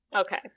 okay